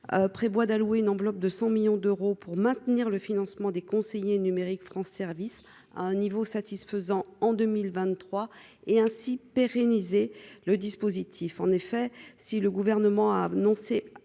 prévoit d'allouer une enveloppe de 100 millions d'euros pour maintenir le financement des conseillers numériques France service à un niveau satisfaisant en 2023 et ainsi pérenniser le dispositif, en effet, si le gouvernement a annoncé